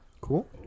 Cool